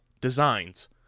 designs